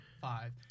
five